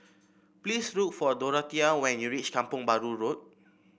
please look for Dorathea when you reach Kampong Bahru Road